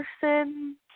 person